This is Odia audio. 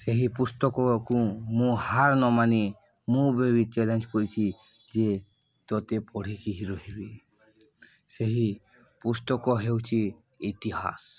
ସେହି ପୁସ୍ତକକୁ ମୁଁ ହାର୍ ନ ମାନି ମୁଁ ବି ଚ୍ୟାଲେଞ୍ଜ କରିଛି ଯେ ତୋତେ ପଢ଼ିକି ହି ରହିବି ସେହି ପୁସ୍ତକ ହେଉଛି ଇତିହାସ୍